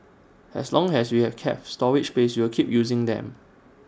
as long as we have cat storage space we will keep using them